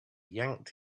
yanked